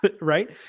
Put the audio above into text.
Right